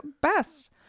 best